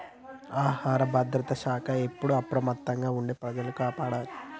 ఆహార భద్రత శాఖ ఎప్పుడు అప్రమత్తంగా ఉండి ప్రజలను కాపాడాలి